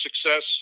success